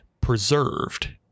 preserved